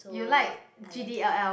you like G_D_L_L